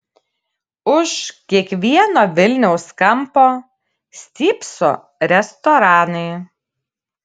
už kiekvieno vilniaus kampo stypso restoranai